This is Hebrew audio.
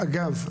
אגב,